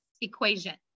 equation